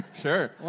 Sure